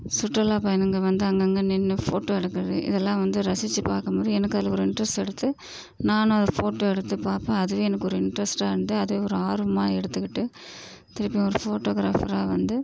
சுற்றுலா பயணிங்க வந்து அங்கே அங்கே நின்று ஃபோட்டோ எடுக்கிறது இதலாம் வந்து ரசித்து பார்க்கும்போது எனக்கு ஒரு இன்ட்ரஸ்ட் எடுத்து நானும் அதை ஃபோட்டோ எடுத்து பார்ப்பேன் அதுவே எனக்கு ஒரு இன்ட்ரஸ்ட்டாக இருந்து அது ஒரு ஆர்வமாக எடுத்துக்கிட்டு திரும்பி ஒரு ஃபோட்டோகிராஃபராக வந்து